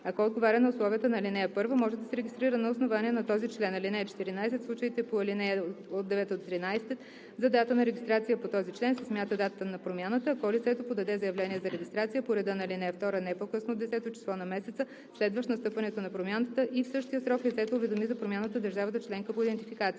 ако отговаря на условията на ал. 1, може да се регистрира на основание на този член. (14) В случаите по ал. 9 – 13 за дата на регистрация по този член се смята датата на промяната, ако лицето подаде заявление за регистрация по реда на ал. 2 не по-късно от 10-о число на месеца, следващ настъпването на промяната, и в същия срок лицето уведоми за промяната държавата членка по идентификация.